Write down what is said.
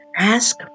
Ask